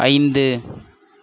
ஐந்து